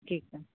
ठीकु